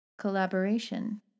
Collaboration